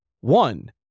One